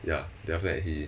ya then after that he